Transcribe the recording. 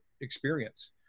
experience